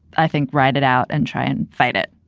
i think, ride it out and try and fight it.